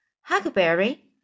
Huckleberry